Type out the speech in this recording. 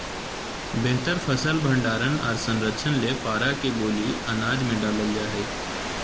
बेहतर फसल भंडारण आर संरक्षण ले पारा के गोली अनाज मे डालल जा हय